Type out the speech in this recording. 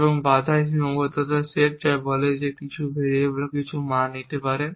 এবং বাঁধাই সীমাবদ্ধতার সেট যা বলে যে কিছু ভেরিয়েবল কিছু মান নিতে পারে